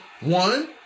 One